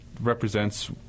represents